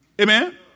Amen